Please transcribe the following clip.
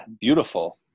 beautiful